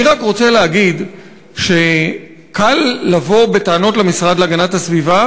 אני רק רוצה להגיד שקל לבוא בטענות למשרד להגנת הסביבה,